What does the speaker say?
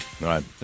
right